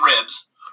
ribs